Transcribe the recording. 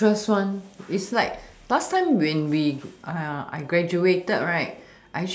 interest one is like last time when we I graduated right